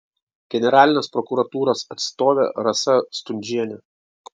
generalinės prokuratūros atstovė rasa stundžienė